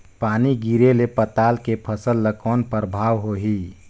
पानी गिरे ले पताल के फसल ल कौन प्रभाव होही?